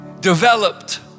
developed